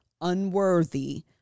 unworthy